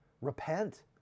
Repent